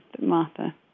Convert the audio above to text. martha